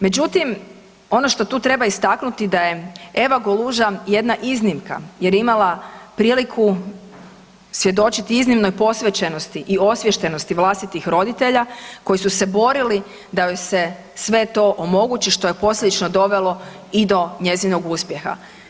Međutim, ono što tu treba istaknuti da je Eva Goluža jedna iznimka jer je imala priliku svjedočiti iznimnoj posvećenosti i osviještenosti vlastitih roditelja koji su se borili da joj se sve to omogući što je posljedično dovelo i do njezinog uspjeha.